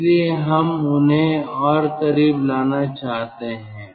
इसलिए हम उन्हें और करीब लाना चाहते हैं